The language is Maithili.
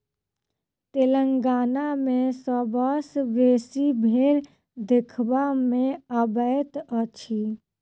तेलंगाना मे सबसँ बेसी भेंड़ देखबा मे अबैत अछि